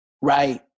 Right